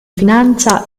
finanza